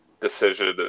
decision